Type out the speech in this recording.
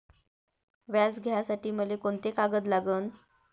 व्याज घ्यासाठी मले कोंते कागद लागन?